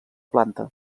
planta